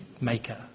maker